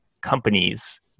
companies